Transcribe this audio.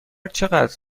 چقدر